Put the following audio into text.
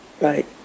Right